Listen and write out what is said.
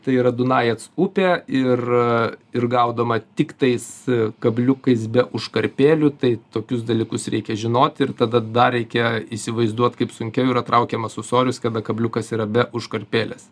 tai yra dunajec upė ir ir gaudoma tiktais kabliukais be užkarpėlių tai tokius dalykus reikia žinot ir tada dar reikia įsivaizduot kaip sunkiau yra traukiamas ūsorius kada kabliukas yra be užkarpėlės